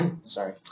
Sorry